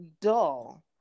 Dull